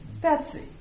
Betsy